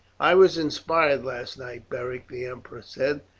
i was inspired last night, beric, the emperor said.